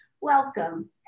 Welcome